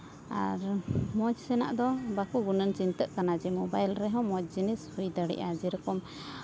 ᱟᱨ ᱢᱚᱡᱽ ᱥᱮᱱᱟᱜ ᱫᱚ ᱵᱟᱠᱚ ᱜᱩᱱᱟᱹᱱ ᱪᱤᱱᱛᱟᱹᱜ ᱠᱟᱱᱟ ᱡᱮ ᱢᱳᱵᱟᱭᱤᱞ ᱨᱮᱦᱚᱸ ᱢᱚᱡᱽ ᱡᱤᱱᱤᱥ ᱦᱩᱭ ᱫᱟᱲᱮᱭᱟᱜᱼᱟ ᱡᱮᱨᱚᱠᱚᱢ